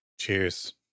Cheers